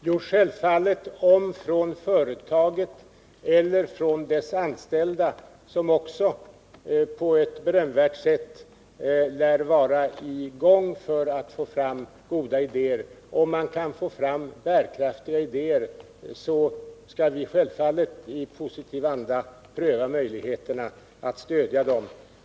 Herr talman! De anställda vid företaget lär på ett berömvärt sätt arbeta på att få fram goda och bärkraftiga idéer. Om företaget och de anställda lyckas få fram sådana idéer skall vi självfallet i positiv anda pröva möjligheterna att stödja dem.